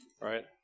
right